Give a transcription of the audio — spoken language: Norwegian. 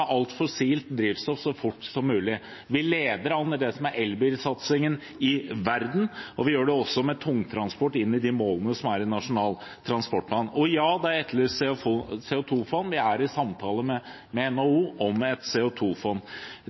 med alt fossilt drivstoff så fort som mulig. Vi leder an i elbilsatsingen i verden, og vi gjør det også for tungtransporten med de målene som er i Nasjonal transportplan. Det ble etterlyst et CO 2 -fond. Vi er i samtale med NHO om